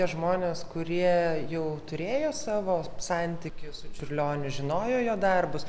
tie žmonės kurie jau turėjo savo santykius su čiurlioniu žinojo jo darbus